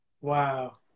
Wow